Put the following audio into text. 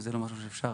וזה לא משהו שאפשר